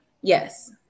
Yes